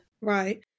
right